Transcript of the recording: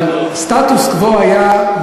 אבל סטטוס קוו היה,